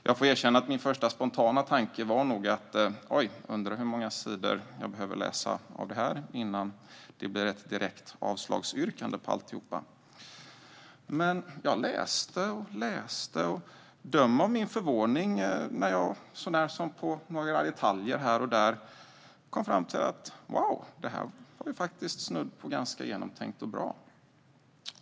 Jag får erkänna att min första spontana tanke nog var: Undrar hur många sidor jag behöver läsa innan det blir ett direkt avslagsyrkande på alltihop. Men jag läste och läste, och döm om min förvåning när jag, så när som på ett par detaljer här och där, kom fram till att den faktiskt verkar snudd på ganska genomtänkt och bra.